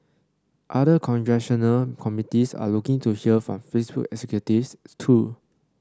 other congressional committees are looking to hear from Facebook executives too